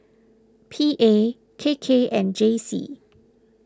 P A K K and J C